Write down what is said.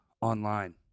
online